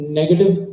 negative